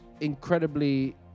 incredibly